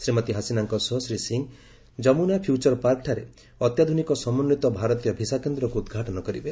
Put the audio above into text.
ଶ୍ରୀମତୀ ହାସିନାଙ୍କ ସହ ଶ୍ରୀ ସିଂ ଯମୁନା ଫିୟୁଚର ପାର୍କ୍ଠାରେ ଅତ୍ୟାଧୁନିକ ସମନ୍ଧିତ ଭାରତୀୟ ଭିସା କେନ୍ଦ୍ରକୁ ଉଦ୍ଘାଟନ କରିବେ